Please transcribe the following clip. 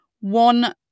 one